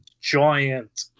giant